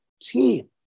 team